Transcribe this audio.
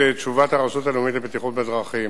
הבאתי את תשובת הרשות הלאומית לבטיחות בדרכים.